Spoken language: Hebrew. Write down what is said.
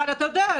אבל אתה יודע,